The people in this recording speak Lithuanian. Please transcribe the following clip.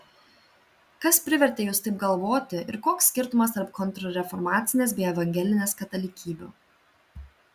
kas privertė jus taip galvoti ir koks skirtumas tarp kontrreformacinės bei evangelinės katalikybių